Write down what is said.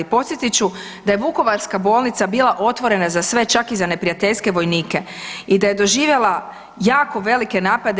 Podsjetit ću da je vukovarska bolnica bila otvorena za sve čak i za neprijateljske vojnike i da je doživjela jako velike napade.